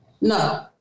No